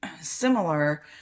similar